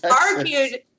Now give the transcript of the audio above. Argued